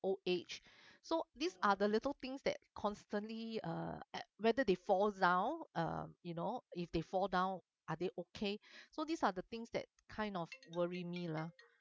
old age so these are the little things that constantly uh whether they falls down uh you know if they fall down are they okay so these are the things that kind of worry me lah